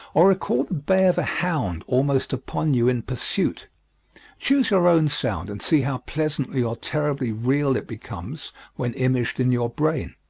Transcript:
or recall the bay of a hound almost upon you in pursuit choose your own sound, and see how pleasantly or terribly real it becomes when imaged in your brain.